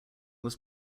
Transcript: was